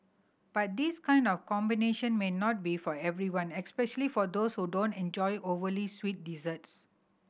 but this kind of combination may not be for everyone especially for those who don't enjoy overly sweet desserts